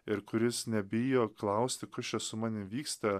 ir kuris nebijo klausti kas čia su manim vyksta